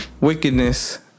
wickedness